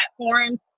platforms